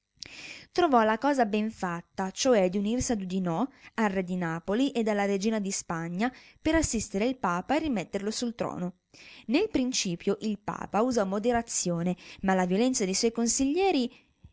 trovò la cosa ben fatta cioè di unirsi ad oudinot al re di napoli ed alla regina di spagna per assistere il papa e rimetterlo sul trono nel principio il papa usò moderazione ma la violenza dei suoi consiglieri